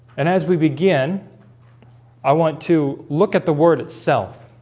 and as we begin i want to look at the word itself?